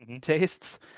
tastes